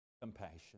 Compassion